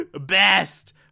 Best